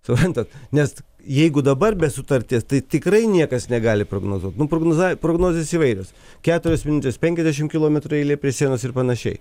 suprantat nes jeigu dabar be sutarties tai tikrai niekas negali prognozuot nu prognozavi prognozės įvairios keturios minutės penkiasdešim kilometrų eilė prie sienos ir panašiai